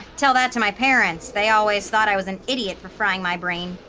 tell that to my parents. they always thought i was an idiot for frying my brain,